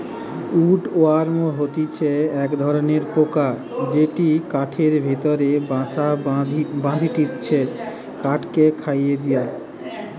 would worm হতিছে এক ধরণের পোকা যেটি কাঠের ভেতরে বাসা বাঁধটিছে কাঠকে খইয়ে দিয়া